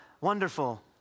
wonderful